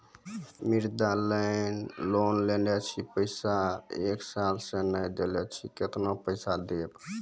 मुद्रा लोन लेने छी पैसा एक साल से ने देने छी केतना पैसा देब?